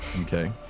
Okay